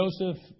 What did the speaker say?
Joseph